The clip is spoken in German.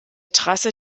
trasse